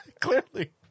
Clearly